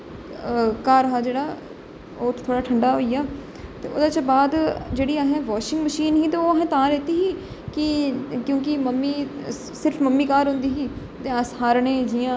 घर हा जेहड़ा ओह् थोह्ड़ा ठंडा होई गेआ ते ओहदे च बाद जेहड़ी असें बाशिंग मशीन ही ते ओह् असें तां लैती ही कि क्योंकि ममी सिर्फ मम्मी घर होंदी ही ते अस सारे जने इयां